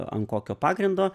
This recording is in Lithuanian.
ant kokio pagrindo